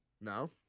No